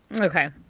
Okay